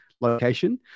location